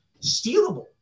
stealable